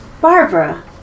Barbara